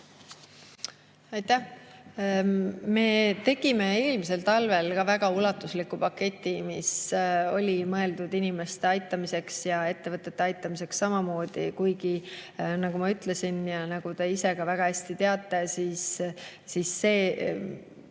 Aitäh! Me tegime eelmisel talvel ka väga ulatusliku paketi, mis oli mõeldud inimeste aitamiseks ja ettevõtete aitamiseks samamoodi. Aga nagu ma ütlesin ja nagu te ise ka väga hästi teate, see,